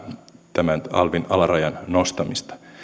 tämän alvin alarajan nostamista jopa viiteenkymmeneentuhanteen